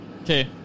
Okay